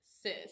Sis